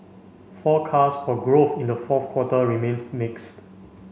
forecasts for growth in the fourth quarter remain mixed